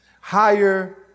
Higher